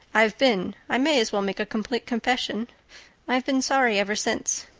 i've been i may as well make a complete confession i've been sorry ever since.